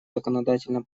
законодательном